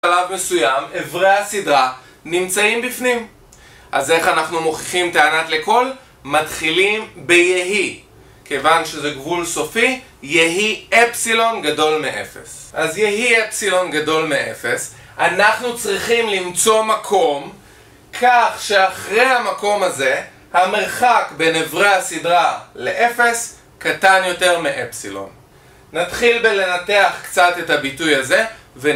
בשלב מסוים, אברי הסדרה נמצאים בפנים, אז איך אנחנו מוכיחים טענת לכל? מתחילים ב-יהי כיוון שזה גבול סופי, יהי אפסילון גדול מאפס. אז יהי אפסילון גדול מאפס, אנחנו צריכים למצוא מקום כך שאחרי המקום הזה המרחק בין אברי הסדרה לאפס קטן יותר מאפסילון. נתחיל בלנתח קצת את הביטוי הזה ו...